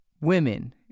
women